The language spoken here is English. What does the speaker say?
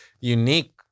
Unique